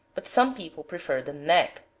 but some people prefer the neck,